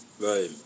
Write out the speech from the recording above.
Right